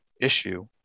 issue